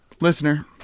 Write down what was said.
Listener